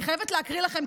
אני חייבת להקריא לכם.